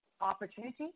opportunity